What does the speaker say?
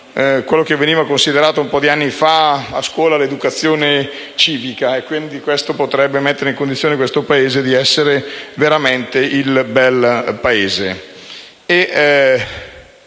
quella che veniva considerata alcuni anni fa a scuola l'educazione civica, che potrebbe mettere in condizione il nostro Paese di essere veramente "il bel Paese".